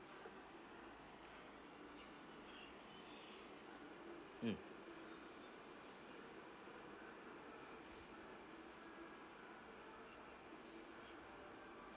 mm